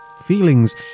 Feelings